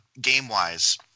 game-wise